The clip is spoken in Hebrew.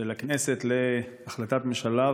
של הכנסת להחלטת ממשלה.